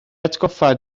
atgoffa